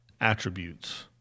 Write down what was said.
Attributes